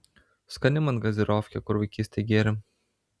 skani man gazirofkė kur vaikystėj gėrėm